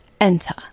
Enter